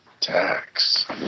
Tax